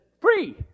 free